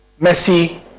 Messi